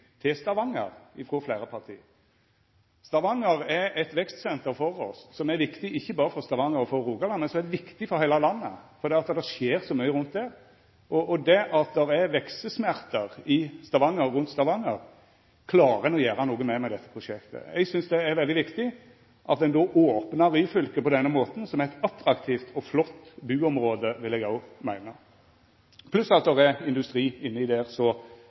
til Stavanger, frå fleire parti: Stavanger er eit vekstsenter for oss, som er viktig ikkje berre for Stavanger og Rogaland, men for heile landet, for det skjer så mykje rundt der. At det er veksesmerter i og rundt Stavanger, klarer ein å gjera noko med dette prosjektet. Eg synest det er veldig viktig at ein opnar Ryfylke på denne måten, som eit attraktivt og flott buområde, vil eg òg meina, pluss at det er industri der som på ein mykje betre måte kan samhandla med omverda. Fleire har vore inne